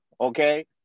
okay